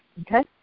Okay